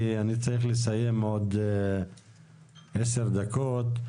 כי אני צריך לסיים עוד 10 דקות.